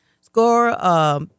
SCORE